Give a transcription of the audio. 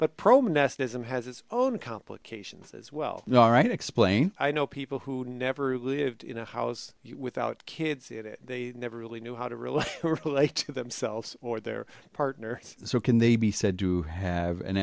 monasticism has its own complications as well all right explain i know people who never lived in a house without kids they never really knew how to relate to themselves or their partner so can they be said to have an